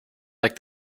like